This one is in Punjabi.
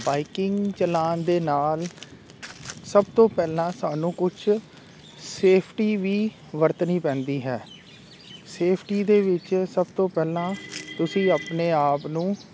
ਬਾਈਕਿੰਗ ਚਲਾਨ ਦੇ ਨਾਲ ਸਭ ਤੋਂ ਪਹਿਲਾਂ ਸਾਨੂੰ ਕੁਝ ਸੇਫਟੀ ਵੀ ਵਰਤਣੀ ਪੈਂਦੀ ਹੈ ਸੇਫਟੀ ਦੇ ਵਿੱਚ ਸਭ ਤੋਂ ਪਹਿਲਾਂ ਤੁਸੀਂ ਆਪਣੇ ਆਪ ਨੂੰ